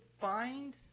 find